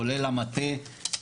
כולל המטה,